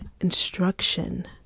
instruction